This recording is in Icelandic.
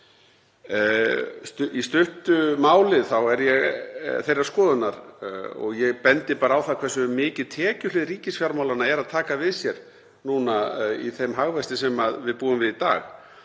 Í stuttu máli er ég þeirrar skoðunar, og ég bendi bara á það hversu mikið tekjuhlið ríkisfjármálanna er að taka við sér í þeim hagvexti sem við búum við í dag,